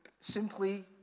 simply